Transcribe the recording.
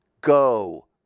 Go